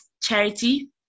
charity